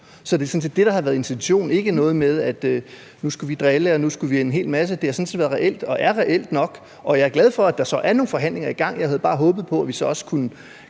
der har været intentionen, ikke noget med, at nu skulle vi drille, og nu skulle vi en hel masse. Det har sådan set været og er reelt nok, og jeg er glad for, at der så er nogle forhandlinger i gang. Jeg havde bare håbet på, at vi så også kunne